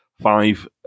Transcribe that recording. five